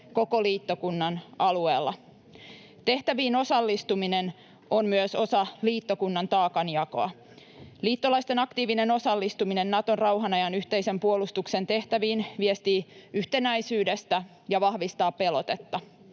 koko liittokunnan alueella. Tehtäviin osallistuminen on myös osa liittokunnan taakanjakoa. Liittolaisten aktiivinen osallistuminen Naton rauhanajan yhteisen puolustuksen tehtäviin viestii yhtenäisyydestä ja vahvistaa pelotetta.